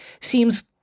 seems